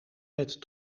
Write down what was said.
bed